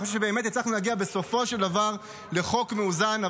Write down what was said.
אני חושב שבאמת הצלחנו להגיע בסופו של דבר לחוק מאוזן.